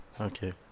Okay